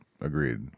agreed